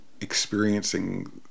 experiencing